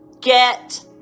Get